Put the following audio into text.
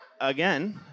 Again